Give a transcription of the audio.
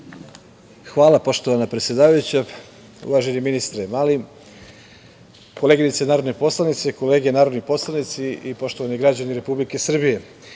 Hvala, poštovana predsedavajuća. Uvaženi ministre Mali, koleginice narodne poslanice, kolege narodni poslanici i poštovani građani Republike Srbije,